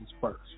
first